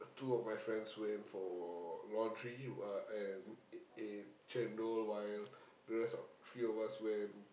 two of my friends went for laundry while and it while the rest three of us went